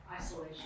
Isolation